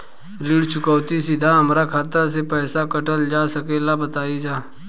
ऋण चुकौती सीधा हमार खाता से पैसा कटल जा सकेला का बताई जा?